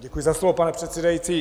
Děkuji za slovo, pane předsedající.